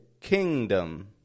Kingdom